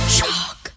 Shock